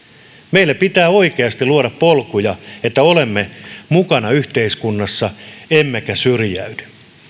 meille pitää oikeasti luoda polkuja että olemme mukana yhteiskunnassa emmekä syrjäydy